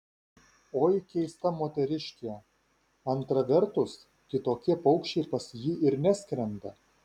oi keista moteriškė antra vertus kitokie paukščiai pas jį ir neskrenda